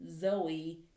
Zoe